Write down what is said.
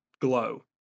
glow